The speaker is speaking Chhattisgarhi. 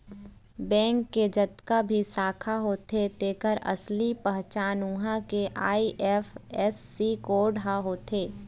बेंक के जतका भी शाखा होथे तेखर असली पहचान उहां के आई.एफ.एस.सी कोड ह होथे